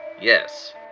Yes